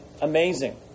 amazing